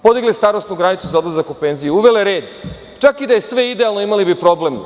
Podigli starosnu granicu za odlazak u penziju, uvele red, čak i da je sve idealno imali bi problem.